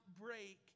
break